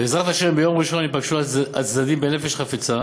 בעזרת השם, ביום ראשון ייפגשו הצדדים בנפש חפצה